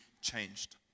changed